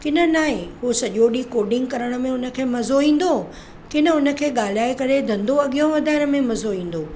की न न आहे उहो सॼो ॾींहुं कोडिंग करण में उनखे मज़ो ईंदो की न हुनखे ॻाल्हाए करे धंधो अॻियां वधाइण में मज़ो ईंदो